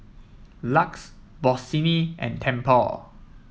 Lux Bossini and Tempur